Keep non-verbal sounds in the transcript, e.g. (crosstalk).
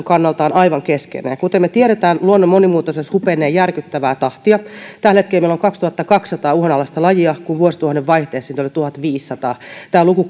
(unintelligible) kannalta on aivan keskeinen ja kuten me tiedämme luonnon monimuotoisuus hupenee järkyttävää tahtia tällä hetkellä meillä on kaksituhattakaksisataa uhanalaista lajia kun vuosituhannen vaihteessa niitä oli tuhatviisisataa tämä luku (unintelligible)